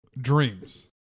Dreams